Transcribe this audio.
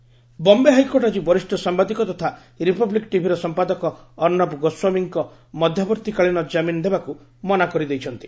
Bombay HC Arnab Bombay high court ଆଜି ବରିଷ୍ଠ ସାମ୍ବାଦିକ ତଥା ରିପବ୍ଲିକ ଟିଭିର ସମ୍ପାଦକ ଅର୍ଣ୍ଣବ ଗୋସ୍ୱାମୀଙ୍କୁ ମଧ୍ୟବର୍ତ୍ତୀକାଳୀନ ଜାମିନ ଦେବାକୁ ମନା କରି ଦେଇଛନ୍ତି